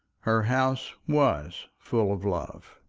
her house was full of love.